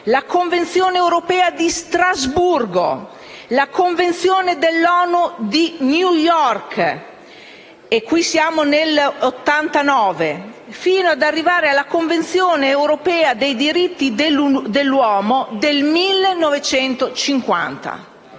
la Convenzione europea di Strasburgo, la Convenzione dell'ONU di New York del 1989, oltre naturalmente alla Convenzione europea dei diritti dell'uomo del 1950.